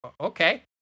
okay